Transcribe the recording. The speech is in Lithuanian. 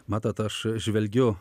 matote aš žvelgiu